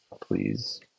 Please